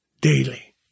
daily